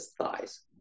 thighs